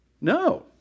No